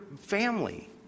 family